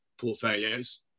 portfolios